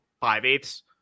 five-eighths